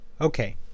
Okay